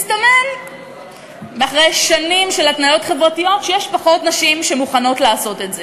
מסתמן אחרי שנים של התניות חברתיות שיש פחות נשים שמוכנות לעשות את זה.